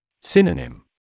Synonym